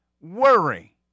Worry